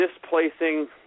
displacing